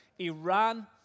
Iran